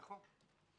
נכון.